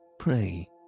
pray